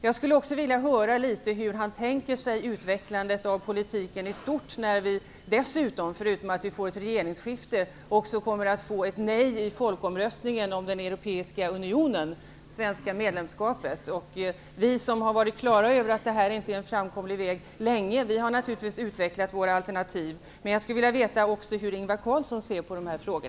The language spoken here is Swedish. Jag skulle också vilja veta hur Ingvar Carlsson tänker sig utvecklandet av politiken i stort, när vi förutom ett regeringsskifte också kommer att få ett nej i folkomröstningen om det svenska medlemskapet i den europeiska unionen. Vi som länge har varit på det klara med att det inte är någon framkomlig väg har naturligtvis utvecklat våra alternativ. Men jag skulle vilja veta hur Ingvar Carlsson ser på dessa saker.